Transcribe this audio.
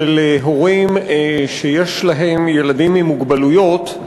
של הורים שיש להם ילדים עם מוגבלויות.